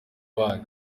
bayo